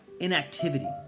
inactivity